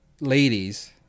ladies